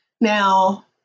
Now